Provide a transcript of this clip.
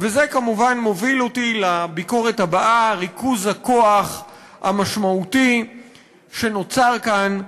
וזה כמובן מוביל אותי לביקורת הבאה: ריכוז הכוח המשמעותי שנוצר כאן,